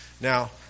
now